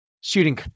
shooting